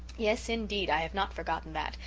yes, indeed, i have not forgotten that,